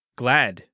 glad